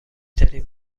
ترین